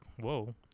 whoa